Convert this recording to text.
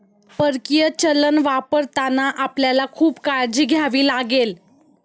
परकीय चलन वापरताना आपल्याला खूप काळजी घ्यावी लागेल